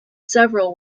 several